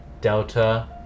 Delta